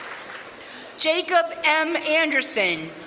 jacob m. anderson,